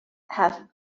have